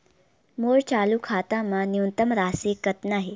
मोर चालू खाता मा न्यूनतम राशि कतना हे?